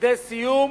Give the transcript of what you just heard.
לידי סיום,